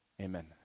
Amen